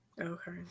Okay